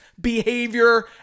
behavior